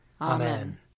Amen